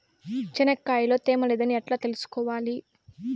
చెనక్కాయ లో తేమ లేదని ఎట్లా తెలుసుకోవాలి?